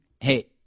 Hey